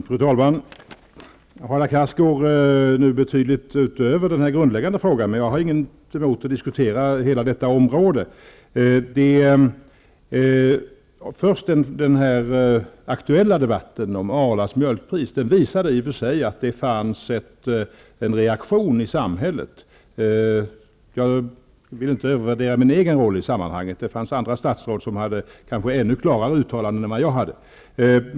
Fru talman! Hadar Cars går betydligt utöver den grundläggande frågan. Men jag har ingenting emot att diskutera hela området. Först har vi den aktuella debatten om Arlas mjölkpris. Debatten visade att där fanns en reaktion i samhället. Jag vill inte övervärdera min egen roll i sammanhanget. Det fanns andra statsråd som gjorde ännu klarare uttalan den än vad jag gjorde.